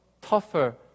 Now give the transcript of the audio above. tougher